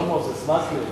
אורי מקלב הציע.